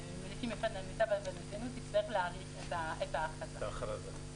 למיטב הבנתנו, תצטרך להאריך את ההכרזה.